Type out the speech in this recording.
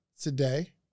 today